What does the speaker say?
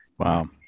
Wow